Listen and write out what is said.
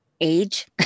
age